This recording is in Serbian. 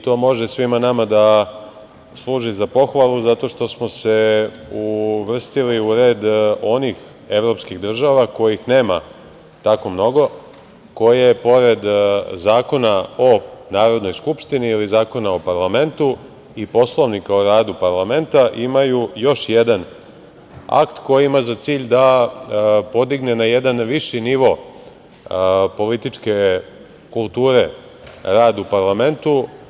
To može svima nama da služi za pohvalu, zato što smo se uvrstili u red onih evropskih država kojih nema tako mnogo koje pored Zakona o Narodnoj skupštini ili Zakona o parlamentu i Poslovnika o radu parlamenta imaju još jedan akt koji ima za cilj da podigne na jedan viši nivo političke kulture rad u parlamentu.